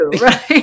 right